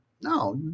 No